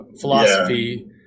philosophy